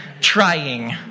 trying